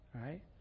Right